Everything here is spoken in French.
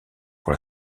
pour